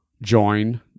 Join